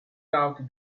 doubt